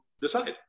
decide